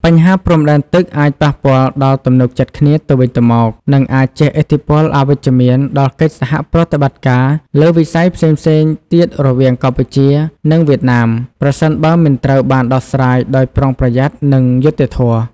បញ្ហាព្រំដែនទឹកអាចប៉ះពាល់ដល់ទំនុកចិត្តគ្នាទៅវិញទៅមក និងអាចជះឥទ្ធិពលអវិជ្ជមានដល់កិច្ចសហប្រតិបត្តិការលើវិស័យផ្សេងៗទៀតរវាងកម្ពុជា និងវៀតណាម ប្រសិនបើមិនត្រូវបានដោះស្រាយដោយប្រុងប្រយ័ត្ន និងយុត្តិធម៌។